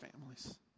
families